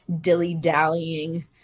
dilly-dallying